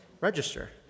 register